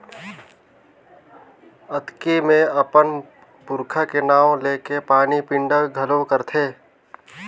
अक्ती मे अपन पूरखा के नांव लेके पानी पिंडा घलो करथे